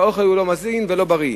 כשהאוכל הוא לא מזין ולא בריא.